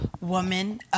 woman